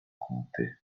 comté